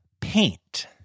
paint